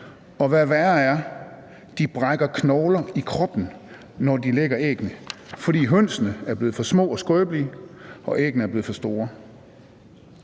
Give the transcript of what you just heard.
Og hvad værre er: De brækker knogler i kroppen, når de lægger æggene, fordi hønsene er blevet for små og skrøbelige og æggene er blevet for store.